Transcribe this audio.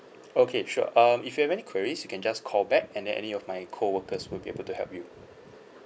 okay sure um if you have any queries you can just call back and then any of my co-workers will be able to help you